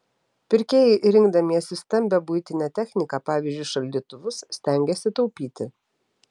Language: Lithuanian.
pirkėjai rinkdamiesi stambią buitinę techniką pavyzdžiui šaldytuvus stengiasi taupyti